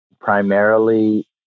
Primarily